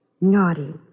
Naughty